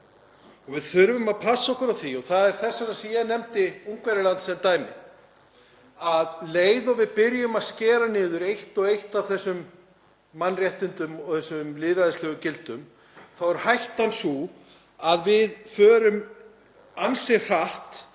Við þurfum að passa okkur á því, og það er þess vegna sem ég nefndi Ungverjaland sem dæmi, að um leið og við byrjum að skera niður eitt og eitt af þessum mannréttindum og þessum lýðræðislegu gildum er hættan sú að við förum ansi hratt